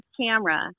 camera